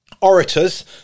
orators